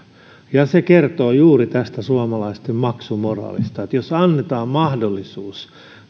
se kertoo juuri tästä suomalaisten maksumoraalista jos annetaan mahdollisuus